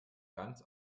ganz